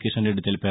కిషన్ రెడ్డి తెలిపారు